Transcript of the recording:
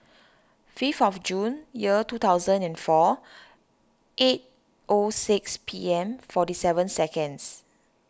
fifth of June year two thousand and four eight O six P M forty seven seconds